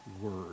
Word